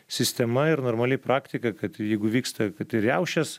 sistema ir normali praktika kad jeigu vyksta riaušės